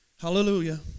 Hallelujah